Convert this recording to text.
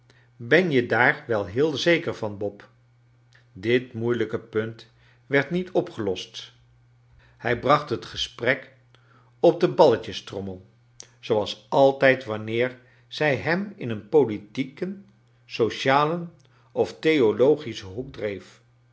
ben je daar wel heel zeker van bob difc moeilijke punt werd niet opgelost hij bracht het gesprek op de ballet jestrommel zooals altijd wanneer zij hem in een politieken socialen of theologischen hoek dreef